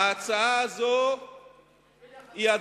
ההצעה הזאת הדרגתית,